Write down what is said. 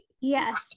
Yes